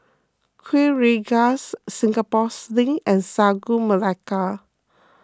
Kuih Rengas Singapore Sling and Sagu Melaka